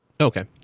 Okay